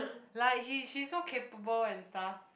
like he she so capable and stuff